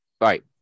right